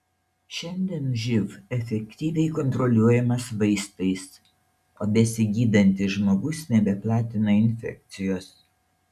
šiandien živ efektyviai kontroliuojamas vaistais o besigydantis žmogus nebeplatina infekcijos